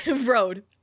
road